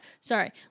sorry